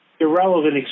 irrelevant